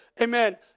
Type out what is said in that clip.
amen